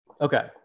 Okay